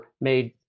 made